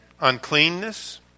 uncleanness